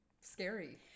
scary